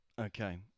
okay